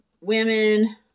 women